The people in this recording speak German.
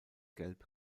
gelb